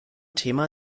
thema